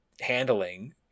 handling